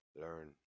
learn